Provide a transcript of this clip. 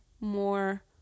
more